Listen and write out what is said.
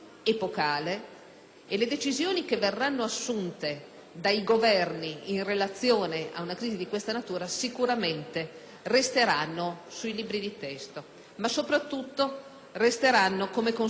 e le decisioni che verranno assunte dai Governi in relazione a una crisi di questa natura sicuramente resteranno sui libri di testo, ma soprattutto resteranno come conseguenza